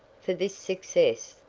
for this success,